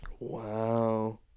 Wow